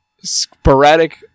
Sporadic